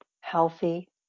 healthy